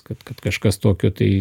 kad kad kažkas tokio tai